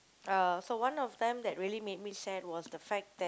uh so one of them that really made me sad was the fact that